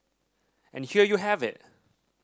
and here you have it